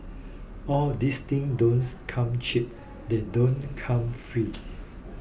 all these things don't come cheap they don't come free